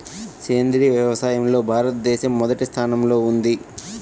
సేంద్రీయ వ్యవసాయంలో భారతదేశం మొదటి స్థానంలో ఉంది